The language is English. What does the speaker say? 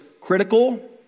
critical